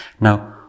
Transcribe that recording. Now